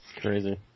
Crazy